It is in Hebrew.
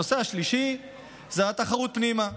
הנושא השלישי זה התחרות פנימה,